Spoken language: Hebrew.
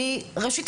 ראשית,